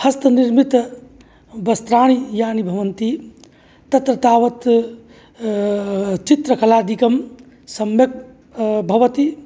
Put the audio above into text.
हस्तनिर्मितवस्त्राणि यानि भवन्ति तत्र तावत् चित्रकलादिकं सम्यक् भवति